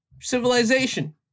civilization